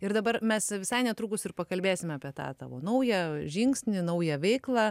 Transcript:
ir dabar mes visai netrukus ir pakalbėsime apie tą tavo naują žingsnį naują veiklą